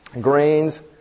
grains